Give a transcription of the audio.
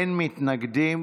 ואין מתנגדים.